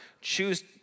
choose